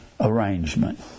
arrangement